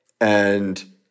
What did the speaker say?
And-